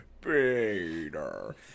Peter